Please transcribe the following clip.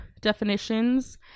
definitions